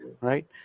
right